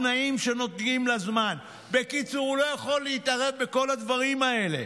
התנאים שנוגעים לזמן" בקיצור הוא לא יכול להתערב בכל הדברים האלה.